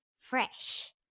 fresh